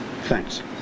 Thanks